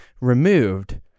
removed